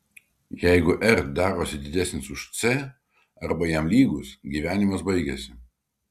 jeigu r darosi didesnis už c arba jam lygus gyvenimas baigiasi